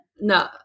No